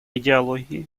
идеологии